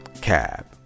cab